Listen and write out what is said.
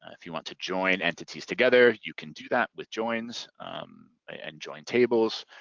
if you want to join entities together, you can do that with joins ah and join tables.